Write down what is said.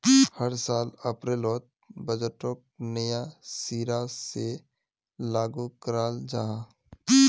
हर साल अप्रैलोत बजटोक नया सिरा से लागू कराल जहा